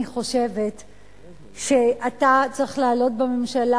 אני חושבת שאתה צריך להעלות בממשלה,